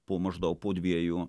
po maždaug po dviejų